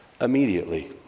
immediately